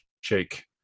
shake